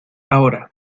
ahora